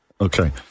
Okay